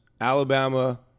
Alabama